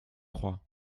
crois